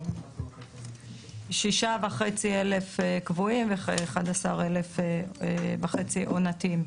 6,500 קבועים ו-11,500 עונתיים.